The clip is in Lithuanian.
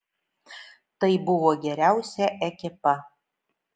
tai buvo geriausia ekipa